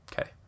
Okay